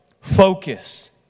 focus